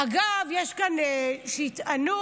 אגב, יש כאן שיטענו